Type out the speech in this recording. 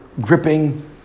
gripping